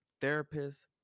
therapists